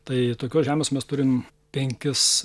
tai tokios žemės mes turim penkis